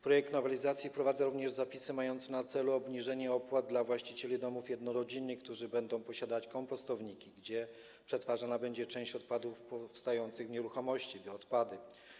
Projekt nowelizacji wprowadza zapisy mające na celu obniżenie opłat dla właścicieli domów jednorodzinnych, którzy posiadają kompostowniki, w których przetwarzana będzie część odpadów powstających w nieruchomościach - bioodpady.